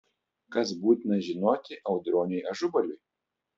kas būtina žinoti audroniui ažubaliui